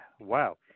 wow